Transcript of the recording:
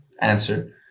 answer